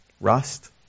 rust